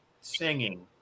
singing